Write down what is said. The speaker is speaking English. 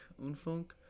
Unfunk